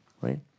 right